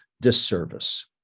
disservice